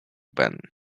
ben